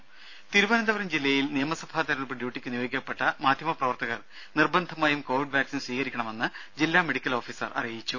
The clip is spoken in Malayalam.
രുഭ തിരുവനന്തപുരം ജില്ലയിൽ നിയമസഭാ തെരഞ്ഞെടുപ്പ് ഡ്യൂട്ടിക്കു നിയോഗിക്കപ്പെട്ട മാധ്യമപ്രവർത്തകർ നിർബന്ധമായും കോവിഡ് വാക്സിൻ സ്വീകരിക്കണമെന്ന് ജില്ലാ മെഡിക്കൽ ഓഫീസർ അറിയിച്ചു